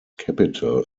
capital